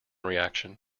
reaction